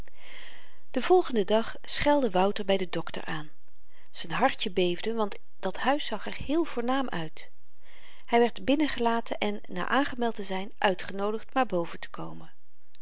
den volgenden dag schelde wouter by den dokter aan z'n hartje beefde want dat huis zag er heel voornaam uit hy werd binnen gelaten en na aangemeld te zyn uitgenoodigd maar boven te komen